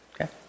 Okay